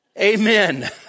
Amen